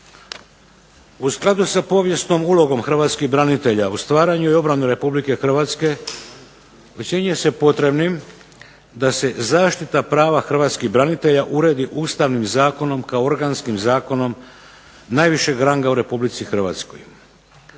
U skladu sa povijesnom ulogom hrvatskih branitelja u stvaranju i obrani Republike Hrvatske ocjenjuje se potrebnim da se zaštita prava hrvatskih branitelja uredi ustavnim zakonom kao organskim zakonom najvišeg ranga u Republici Hrvatskoj.